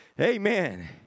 Amen